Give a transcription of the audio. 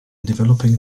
developing